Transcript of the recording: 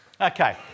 Okay